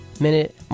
minute